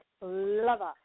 lover